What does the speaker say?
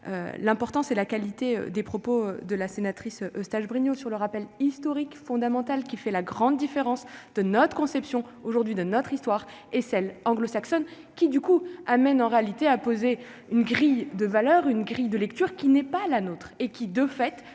l'importance et la qualité des propos de la sénatrice Eustache-Brinio sur le rappel historique fondamentale qui fait la grande différence de notre conception aujourd'hui de notre histoire et celle, anglo-saxonne, qui du coup amène en réalité une grille de valeurs, une grille de lecture qui n'est pas la nôtre et qui de fait